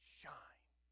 shine